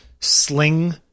sling